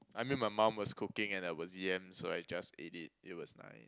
I mean my mum was cooking and there was yam so I just ate it it was like